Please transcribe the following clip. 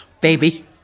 Baby